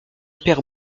père